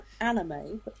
anime